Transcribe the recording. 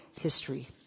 history